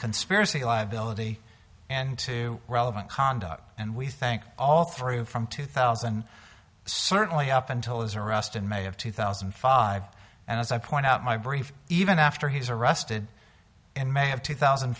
conspiracy liability and to relevant conduct and we think all through from two thousand certainly up until his arrest in may of two thousand and five and as i point out my brief even after he was arrested in may have two thousand